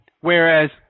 Whereas